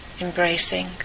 embracing